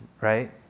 right